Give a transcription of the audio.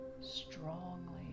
strongly